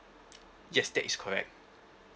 yes that is correct